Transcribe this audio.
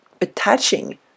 attaching